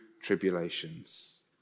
tribulations